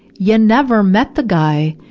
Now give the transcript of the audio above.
ya never met the guy!